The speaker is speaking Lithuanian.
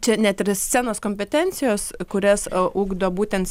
čia net ir scenos kompetencijos kurias a ugdo būtent